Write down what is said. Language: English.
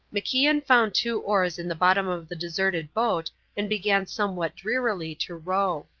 macian found two oars in the bottom of the deserted boat and began somewhat drearily to row.